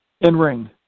In-ring